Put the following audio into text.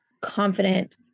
confident